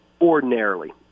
ordinarily